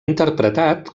interpretat